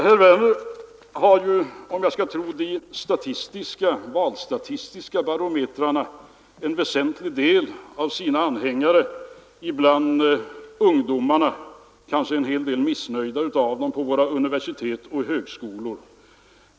Herr Werner har, om jag skall tro de valstatistiska barometrarna, en väsentlig del av sina anhängare bland ungdomarna — en hel del av dem kanske är missnöjda — på våra universitet och högskolor.